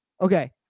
Okay